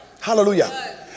hallelujah